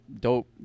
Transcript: dope